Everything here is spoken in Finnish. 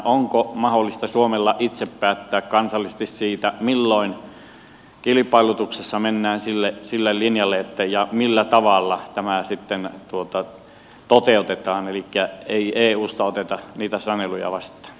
onko mahdollista suomen itse päättää kansallisesti siitä milloin kilpailutuksessa mennään sille linjalle ja millä tavalla tämä sitten toteutetaan elikkä se että eusta ei oteta niitä saneluja vastaan